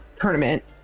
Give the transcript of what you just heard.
tournament